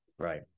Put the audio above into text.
Right